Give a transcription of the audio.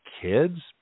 kids